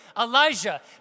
Elijah